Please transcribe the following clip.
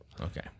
Okay